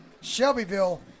Shelbyville